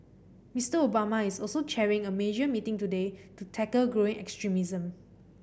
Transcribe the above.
Mister Obama is also chairing a major meeting today to tackle growing extremism